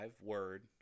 word